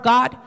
God